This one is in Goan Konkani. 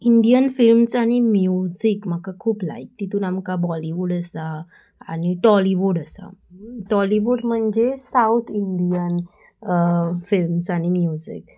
इंडियन फिल्म्स आनी म्युजीक म्हाका खूब लायक तितून आमकां बॉलिवूड आसा आनी टॉलिवूड आसा टॉलिवूड म्हणजे सावत इंडियन फिल्म्स आनी म्युजीक